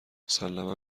مسلما